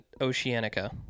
oceanica